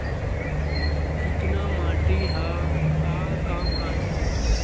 चिकना माटी ह का काम आथे?